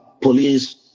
police